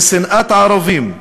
של שנאת ערבים,